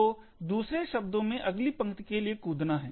तो दूसरे शब्दों में अगली पंक्ति के लिए कूदना है